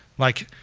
like,